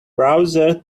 browser